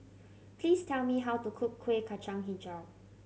please tell me how to cook Kueh Kacang Hijau